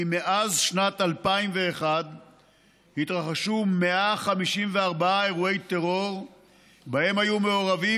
כי מאז שנת 2001 התרחשו 154 אירועי טרור שבהם היו מעורבים